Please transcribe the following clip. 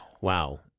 Wow